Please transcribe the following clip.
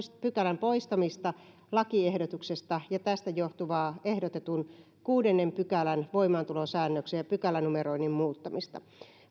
pykälän poistamista lakiehdotuksesta ja tästä johtuvaa ehdotetun kuudennen pykälän voimaantulosäännöksen ja pykälänumeroinnin muuttamista